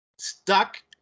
stuck